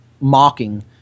mocking